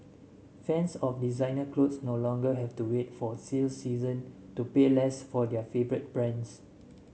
fans of designer clothes no longer have to wait for sale season to pay less for their favourite brands